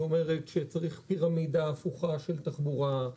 היא אומרת שצריך פירמידה הפוכה של תחבורה,